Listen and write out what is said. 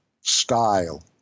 style